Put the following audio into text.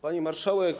Pani Marszałek!